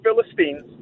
Philistines